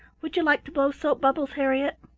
would you like to blow soap-bubbles, harriett?